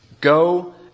Go